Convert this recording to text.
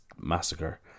Massacre